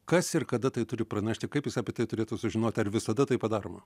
kas ir kada tai turi pranešti kaip jis apie tai turėtų sužinoti ar visada tai padaroma